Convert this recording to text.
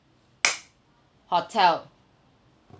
hotel